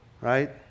right